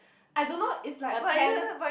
I don't know it's like a ten